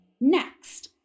next